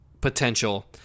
potential